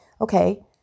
Okay